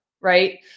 right